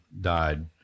died